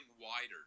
wider